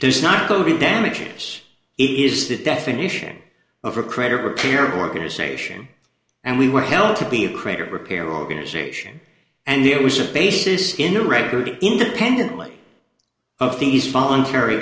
does not go to damages it is the definition of a creator period organization and we were held to be a credit repair organization and there was a basis in the record independently of these voluntary